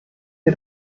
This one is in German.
wir